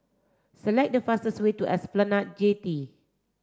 select the fastest way to Esplanade Jetty